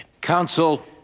Counsel